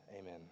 Amen